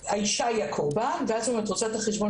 האישה היא הקורבן ואז אם את רוצה את החשבון